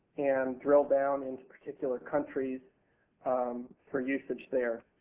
and drill down into particular countries um for usage there.